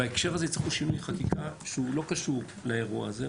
בהקשר הזה צריך פה שינוי חקיקה שהוא לא קשור לאירוע הזה,